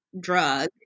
drug